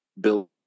build